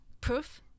proof